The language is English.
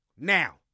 Now